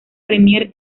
premier